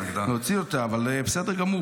לא, הכול בסדר, הכול בסדר.